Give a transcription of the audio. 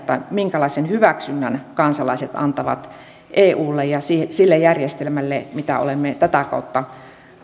minkälaisen hyväksynnän kansalaiset antavat eulle ja sille järjestelmälle jota olemme tätä kautta